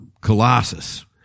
colossus